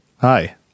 Hi